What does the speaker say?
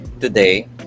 today